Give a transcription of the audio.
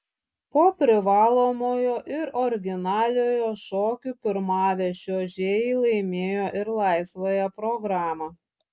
po privalomojo ir originaliojo šokių pirmavę čiuožėjai laimėjo ir laisvąją programą